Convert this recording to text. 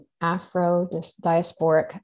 Afro-diasporic